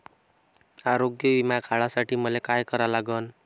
आरोग्य बिमा काढासाठी मले काय करा लागन?